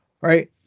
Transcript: right